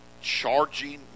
charging